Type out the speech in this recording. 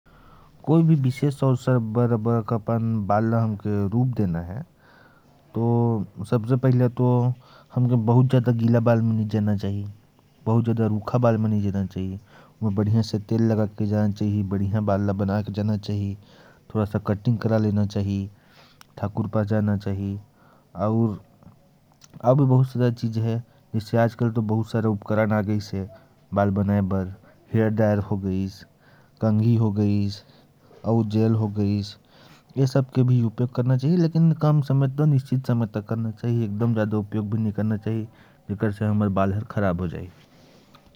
खास अवसर पर बालों को बढ़िया से बना कर जाना चाहिए। ज्यादा गीले बालों में नहीं जाना चाहिए, और ज्यादा सूखे बालों में भी नहीं जाना चाहिए। बालों को बढ़िया तरीके से सेट कराकर, कटिंग करा कर जाना चाहिए। और बाल बनाने के लिए बहुत सारी सामग्री होती है, जैसे हेयर ड्रायर, जेल, कंघी आदि।